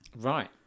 Right